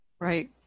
Right